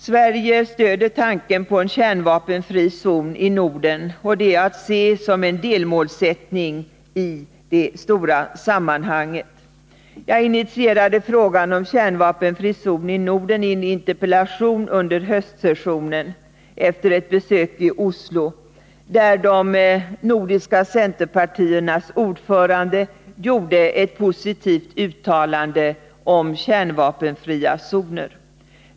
Sverige stöder tanken på en kärnvapenfri zon i Norden, och det är att se som ett delmål i det stora sammanhanget. Jag initierade frågan om en kärnvapenfri zon i Norden i en interpellation under höstsessionen efter ett besök i Oslo, där de nordiska centerpartiernas ordförande gjorde ett positivt uttalande i frågan.